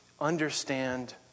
understand